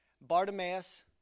Bartimaeus